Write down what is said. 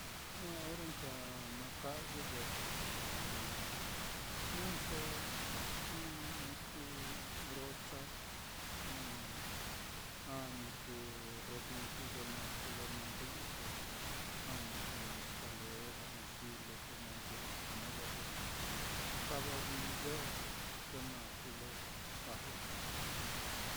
Ah ore nka na kayɨ ve'eso te ko li jnɨso ɨ́ɨ́n ni kuu brocha, jnu a ni kuu rodiyu, ye naá kuu lo na ndɨ'ɨso, a ni kuu ɨ́ɨ́n escalera, ɨ́ɨ́n xile te na ndɨ'ɨso, modo ye na kava vií ve'eso ye naá kuu lo kajlaso.